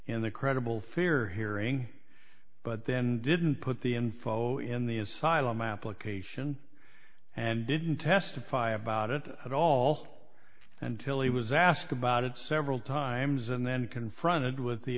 a credible fear hearing but then didn't put the info in the asylum application and didn't testify about it at all until he was asked about it several times and then confronted with the